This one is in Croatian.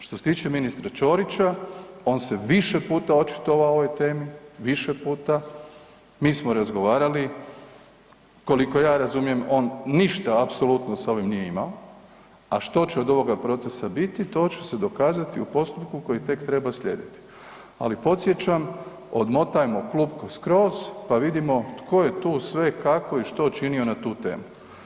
Što se tiče ministra Ćorića, on se više puta očitovao o ovoj temi, više puta, mi smo razgovarali, koliko ja razumijem on ništa apsolutno sa ovim nije imao, a što će od ovoga procesa biti to će se dokazati u postupku koji tek treba slijediti, ali podsjećam odmotajmo klupko skroz pa vidimo tko je tu sve, kako i što činio na tu temu.